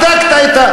הצדקת,